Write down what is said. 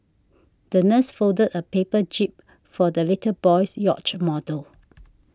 the nurse folded a paper jib for the little boy's yacht model